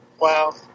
Wow